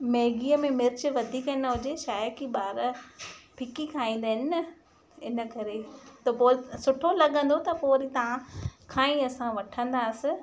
मैगीअ में मिर्च वधीक न हुजे छा आहे की ॿार फिकी खाईंदा आहिनि न इन करे त पोइ सुठो लॻंदो त पोइ वरी तव्हां खां ई असां वठंदासीं